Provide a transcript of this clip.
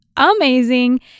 amazing